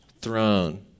throne